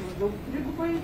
maždaug trigubai